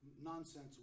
nonsense